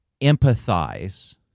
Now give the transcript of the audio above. empathize